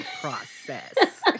process